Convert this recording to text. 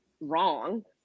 wrong